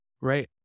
Right